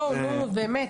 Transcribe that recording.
בואו, נו, באמת.